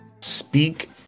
speak